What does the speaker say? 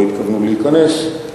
לא התכוונו להיכנס,